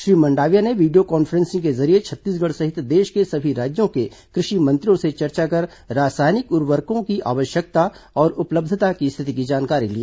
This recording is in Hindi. श्री मंडाविया ने वीडियो कॉन्फ्रेंसिंग के जरिये छत्तीसगढ़ सहित देश के सभी राज्यों के कृषि मंत्रियों से चर्चा कर रासायनिक उर्वरकों की आवश्यकता और उपलब्धता की स्थिति की जानकारी ली